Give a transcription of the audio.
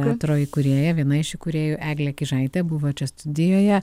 teatro įkūrėja viena iš įkūrėjų eglė kižaitė buvo čia studijoje